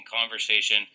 conversation